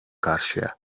karşıya